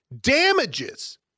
Damages